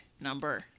number